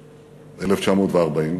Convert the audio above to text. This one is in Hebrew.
1940,